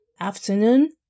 afternoon